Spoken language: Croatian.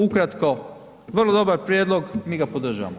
Ukratko vrlo dobar prijedlog mi ga podržavamo.